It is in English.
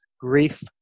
grief